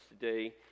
today